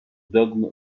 dogme